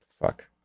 Fuck